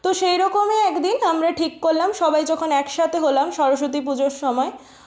তো সেই রকমই একদিন আমরা ঠিক করলাম সবাই যখন একসাথে হলাম সরস্বতী পুজোর সময়